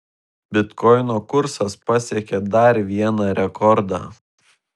bitkoino kursas pasiekė dar vieną rekordą